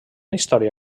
història